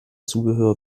zubehör